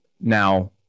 Now